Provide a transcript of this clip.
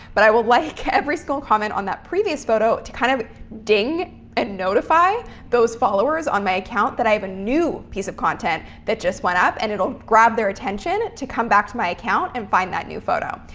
but i will like every single comment on that previous photo to kind of ding and notify those followers on my account that i have a new piece of content that just went up and it'll grab their attention to come back to my account and find that new photo.